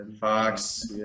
Fox